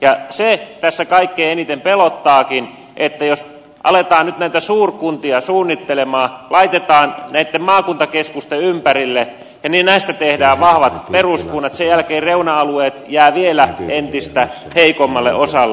ja se tässä kaikkein eniten pelottaakin että jos aletaan nyt näitä suurkuntia suunnitella laitetaan näitten maakuntakeskusten ympärille ja näistä tehdään vahvat peruskunnat sen jälkeen reuna alueet jäävät vielä entistä heikommalle osalle